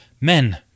Men